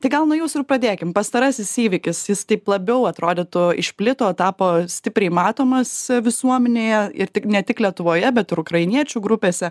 tai gal nuo jūsų ir padėkim pastarasis įvykis jis taip labiau atrodytų išplito tapo stipriai matomas visuomenėje ir tik ne tik lietuvoje bet ir ukrainiečių grupėse